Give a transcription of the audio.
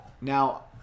Now